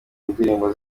ndirimbo